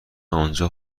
آنجا